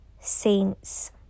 saints